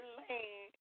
lane